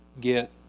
get